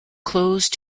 close